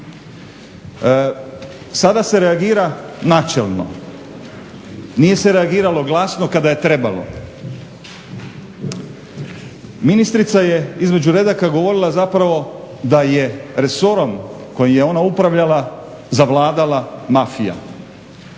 Sada se reagira načelno, nije se reagiralo glasno kada je trebalo. Ministrica je između redaka govorila zapravo da je resorom kojim je ona upravljala zavladala mafija